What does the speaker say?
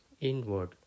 inward